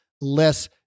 less